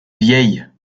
vieille